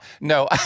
No